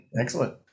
excellent